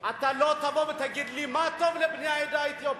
אתה לא תבוא ותגיד לי מה טוב לבני העדה האתיופית.